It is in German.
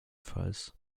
ggf